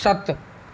सत्त